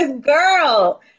girl